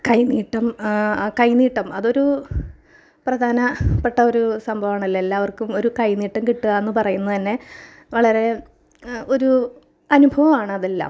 കൈനീട്ടം കൈനീട്ടം അതൊരു പ്രധാനപ്പെട്ട ഒരു സംഭവമാണല്ലൊ എല്ലാവർക്കും ഒരു കൈനീട്ടം കിട്ടുക എന്ന് പറയുന്നത് തന്നെ വളരെ ഒരു അനുഭവമാണ് അതെല്ലാം